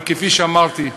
אבל כפי שאמרתי,